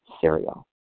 cereal